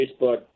Facebook